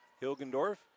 Hilgendorf